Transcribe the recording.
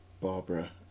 Barbara